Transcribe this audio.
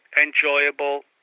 enjoyable